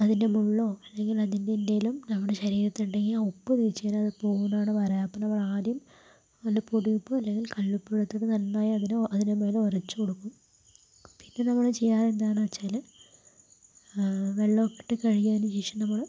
അതിൻ്റെ മുള്ളോ അല്ലെങ്കിൽ അതിൻ്റെ എന്തേലും നമ്മുടെ ശരീരത്തിൽ ഉണ്ടെങ്കിൽ ഉപ്പ് തേച്ച് കഴിഞ്ഞാൽ അത് പോകുമെന്നാണ് പറയുക അപ്പോൾ നമ്മൾ ആദ്യം ഒന്ന് പൊടിയുപ്പ് അല്ലെങ്കിൽ കല്ലുപ്പ് അതുപോലെ നന്നായി അതിനെ മേലിൽ ഒരച്ച് കൊടുക്കും പിന്നെ നമ്മള് ചെയ്യാറ് എന്താ എന്ന് വെച്ചാല് വെള്ളം ഉപ്പ് ഇട്ട് കഴുകിയ ശേഷം നമ്മള്